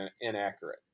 inaccurate